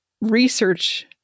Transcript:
research